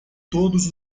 todos